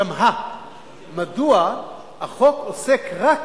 תמהה מדוע החוק עוסק רק